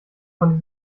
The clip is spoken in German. konnte